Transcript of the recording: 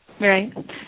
Right